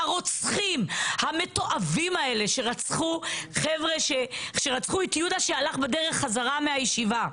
הרוצחים המתועבים האלה שרצחו את יהודה שהלך בדרך חזרה מהישיבה.